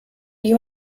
you